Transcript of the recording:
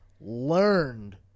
learned